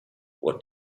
what